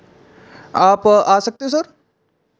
आप आ सकते हैं सर